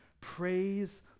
Praise